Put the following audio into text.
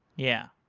yeah.